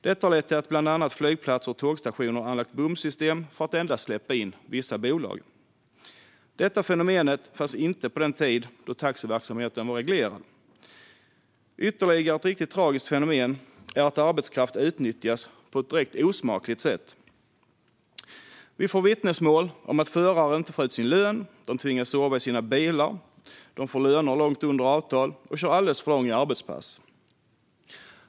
Detta har lett till att bland annat flygplatser och tågstationer anlagt bomsystem för att släppa in endast vissa bolag. Detta fenomen fanns inte på den tid då taxiverksamheten var reglerad. Ytterligare ett riktigt tragiskt fenomen är att arbetskraft utnyttjas på ett direkt osmakligt sätt. Vi får vittnesmål om att förare inte får ut sin lön och om att de tvingas sova i sina bilar, får löner långt under avtal och kör alldeles för långa arbetspass.